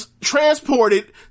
transported